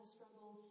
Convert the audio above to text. struggle